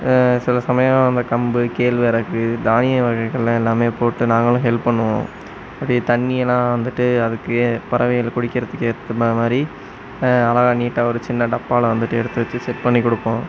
சில சமயம் அந்த கம்பு கேழ்வரகு தானிய வகைகள்லாம் எல்லாமே போட்டு நாங்களும் ஹெல்ப் பண்ணுவோம் அப்படியே தண்ணியலாம் வந்துவிட்டு அதுக்கு பறவைகள் குடிக்கிறதுக்கு ஏற்ற மா மாதிரி அழகாக நீட்டாக ஒரு சின்ன டப்பால் வந்துவிட்டு எடுத்து வச்சி செட் பண்ணி கொடுப்போம்